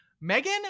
Megan